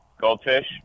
Goldfish